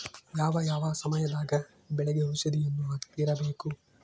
ಯಾವ ಯಾವ ಸಮಯದಾಗ ಬೆಳೆಗೆ ಔಷಧಿಯನ್ನು ಹಾಕ್ತಿರಬೇಕು?